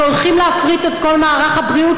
שהולכים להפריט את כל מערך הבריאות